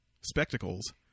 spectacles